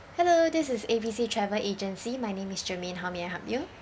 hello this is A B C travel agency my name is germaine how may I help you